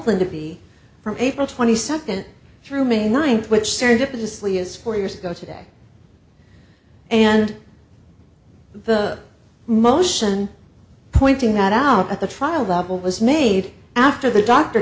him to be from april twenty second through may ninth which serendipitously is four years ago today and the motion pointing that out at the trial level was made after the doctor